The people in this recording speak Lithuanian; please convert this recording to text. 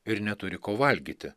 ir neturi ko valgyti